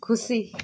खुसी